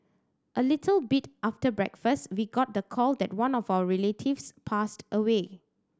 a little bit after breakfast we got the call that one of our relatives passed away